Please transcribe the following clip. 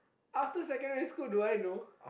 after secondary school do I know